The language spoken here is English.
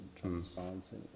transparency